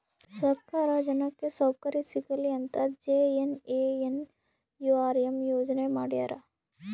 ಸರ್ಕಾರ ಜನಕ್ಕೆ ಸೌಕರ್ಯ ಸಿಗಲಿ ಅಂತ ಜೆ.ಎನ್.ಎನ್.ಯು.ಆರ್.ಎಂ ಯೋಜನೆ ಮಾಡ್ಯಾರ